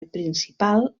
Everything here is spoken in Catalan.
principal